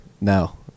No